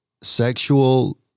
sexual